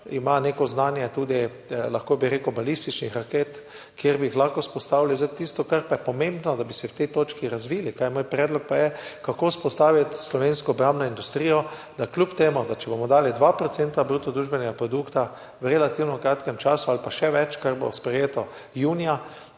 ima neko znanje iz balističnih raket, ki bi jih lahko vzpostavili. Tisto, kar je pomembno, da bi na tej točki razvili, kar je moj predlog, pa je, kako vzpostaviti slovensko obrambno industrijo, da tudi če bomo dali 2 % bruto družbenega produkta v relativno kratkem času ali pa še več, kar bo sprejeto junija,